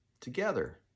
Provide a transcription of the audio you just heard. together